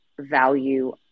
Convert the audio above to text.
value